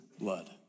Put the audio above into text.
blood